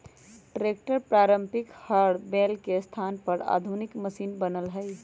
tractor पारम्परिक हर बैल के स्थान पर आधुनिक मशिन बनल हई